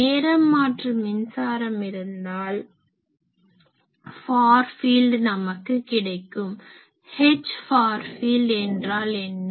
நேரம் மாற்று மின்சாரம் இருந்தால் ஃபார் ஃபீல்ட் நமக்கு கிடைக்கும் Hஃபார் ஃபீல்ட் எனறால் என்ன